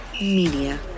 Media